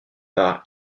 par